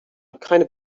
kinda